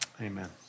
Amen